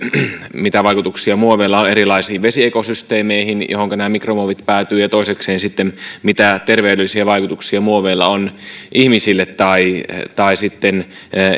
mitä vaikutuksia muoveilla on erilaisiin vesiekosysteemeihin joihinka nämä mikromuovit päätyvät ja toisekseen sitten sitä mitä terveydellisiä vaikutuksia muoveilla on ihmisille tai tai sitten